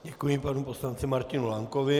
Děkuji panu poslanci Martinu Lankovi.